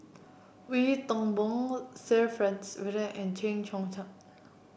Wee Toon Boon Sir Franks Swettenham and Chen